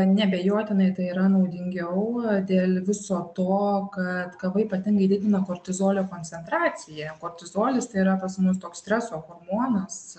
neabejotinai tai yra naudingiau dėl viso to kad kava ypatingai didina kortizolio koncentraciją kortizolis tai yra pas mus toks streso hormonas